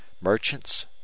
merchants